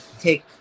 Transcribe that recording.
take